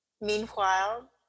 Meanwhile